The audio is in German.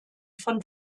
von